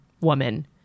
woman